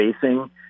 facing